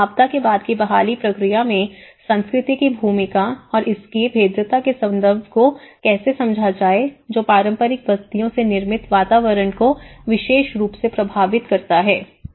आपदा के बाद की बहाली प्रक्रिया में संस्कृति की भूमिका और इसके भेद्यता के संबंध को कैसे समझा जाए जो पारंपरिक बस्तियों से निर्मित वातावरण को विशेष रूप से प्रभावित करता है